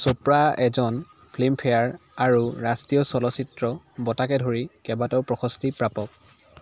চোপ্ৰা এজন ফিল্মফেয়াৰ আৰু ৰাষ্ট্ৰীয় চলচ্চিত্ৰ বঁটাকে ধৰি কেইবাটাও প্ৰশস্তি প্ৰাপক